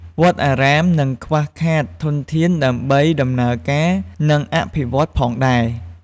វត្តអារាមនឹងខ្វះខាតធនធានដើម្បីដំណើរការ និងអភិវឌ្ឍន៍ផងដែរ។